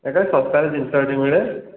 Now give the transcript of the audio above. ଏଠାରେ ଶସ୍ତାରେ ଜିନିଷ ଏଇଠି ମିଳେ